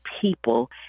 people